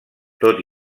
tot